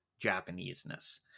Japanese-ness